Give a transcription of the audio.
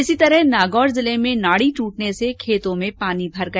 इसी तरह नागौर जिले में नाडी टूटने से खेतों में पानी भर गया